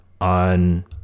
on